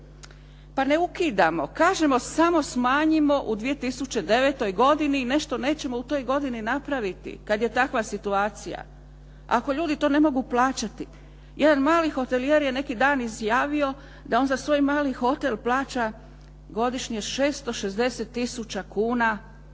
Pa ne ukidamo, kažemo samo smanjimo u 2009. godini, nešto nećemo u toj godini napraviti kad je takva situacija ako ljudi to ne mogu plaćati. Jedan mali hotelijer je neki dan izjavio da on za svoj mali hotel plaća godišnje 660 tisuća